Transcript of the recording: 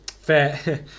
Fair